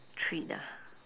treat ah